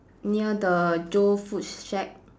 near the Joe food shack